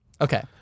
okay